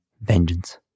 vengeance